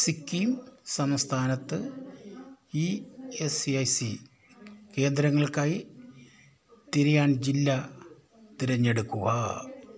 സിക്കിം സംസ്ഥാനത്ത് ഈ S C I C കേന്ദ്രങ്ങൾക്കായി തിരയാൻ ജില്ല തിരഞ്ഞെടുക്കുക